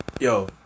Yo